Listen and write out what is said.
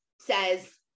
says